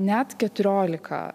net keturiolika